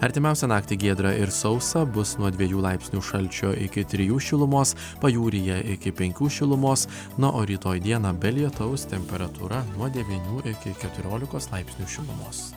artimiausią naktį giedra ir sausa bus nuo dviejų laipsnių šalčio iki trijų šilumos pajūryje iki penkių šilumos na o rytoj dieną be lietaus temperatūra nuo devynių iki keturiolikos laipsnių šilumos